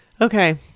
Okay